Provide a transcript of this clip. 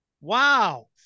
Wow